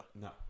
No